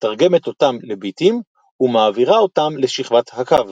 מתרגמת אותם לביטים ומעבירה אותם לשכבת הקו.